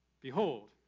Behold